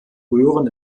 röhren